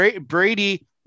Brady